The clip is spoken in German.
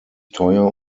teuer